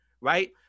right